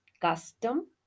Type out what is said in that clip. custom